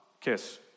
kiss